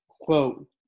quote